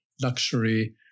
luxury